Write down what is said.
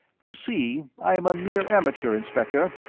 you see, i am a mere amateur, inspector.